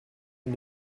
les